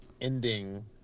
ending